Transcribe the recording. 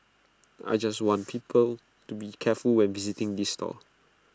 I just want people to be careful when visiting this stall